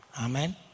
Amen